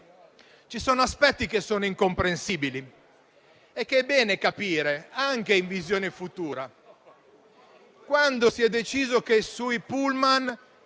ci sono aspetti che sono incomprensibili e che è bene capire anche in prospettiva futura, come quando si è deciso che sui *pullman*